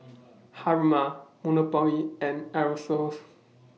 Haruma Monopoly and Aerosoles